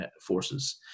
forces